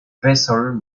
vessel